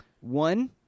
One